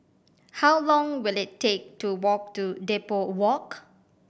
how long will it take to walk to Depot Walk